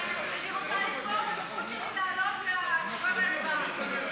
אני רוצה לשמור את הזכות שלי לעלות לתשובה והצבעה.